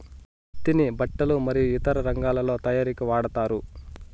పత్తిని బట్టలు మరియు ఇతర రంగాలలో తయారీకి వాడతారు